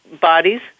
bodies